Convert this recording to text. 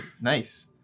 Nice